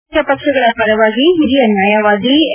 ರಾಜಕೀಯ ಪಕ್ಷಗಳ ಪರವಾಗಿ ಹಿರಿಯ ನ್ವಾಯವಾದಿ ಎ